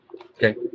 Okay